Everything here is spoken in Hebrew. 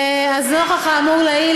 אז נוכח האמור לעיל,